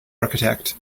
architect